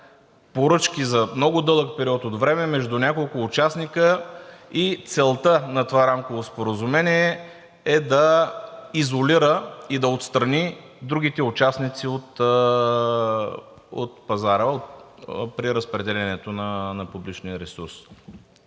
поръчки за много дълъг период от време между няколко участника и целта на това рамково споразумение е да изолира и да отстрани другите участници от пазара при разпределянето на публичния ресурс.